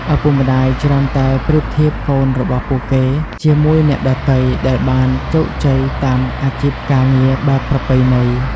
ឪពុកម្ដាយច្រើនតែប្រៀបធៀបកូនរបស់ពួកគេជាមួយអ្នកដទៃដែលបានជោគជ័យតាមអាជីពការងារបែបប្រពៃណី។